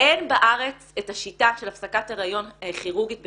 אין בארץ את השיטה של הפסקת הריון כירורגית בשאיבה.